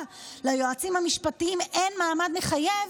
ליועצים המשפטיים אין מעמד מחייב,